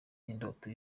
indoto